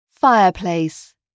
fireplace